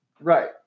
Right